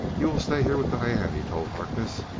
you will stay here with diane, he told harkness.